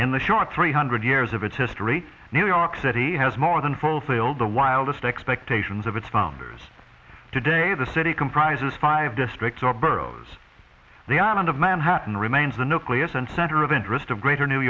in the short three hundred years of its history new york city has more than fulfilled the wildest expectations of its founders today the city comprises five districts or boroughs the island of manhattan remains the nucleus and center of interest of greater new